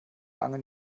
lange